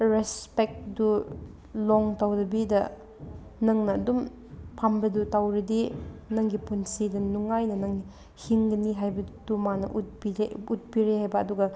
ꯔꯦꯁꯄꯦꯛꯇꯨ ꯂꯣꯡ ꯇꯧꯗꯕꯤꯗ ꯅꯪꯅ ꯑꯗꯨꯝ ꯐꯝꯕꯗꯨ ꯇꯧꯔꯗꯤ ꯅꯪꯒꯤ ꯄꯨꯟꯁꯤꯗ ꯅꯨꯡꯉꯥꯏꯅ ꯅꯪ ꯍꯤꯡꯒꯅꯤ ꯍꯥꯏꯕꯗꯨ ꯃꯥꯅ ꯎꯠꯄꯤꯔꯦ ꯎꯠꯄꯤꯔꯦ ꯍꯥꯏꯕ ꯑꯗꯨꯒ